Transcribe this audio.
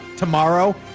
Tomorrow